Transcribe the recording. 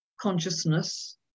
consciousness